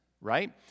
right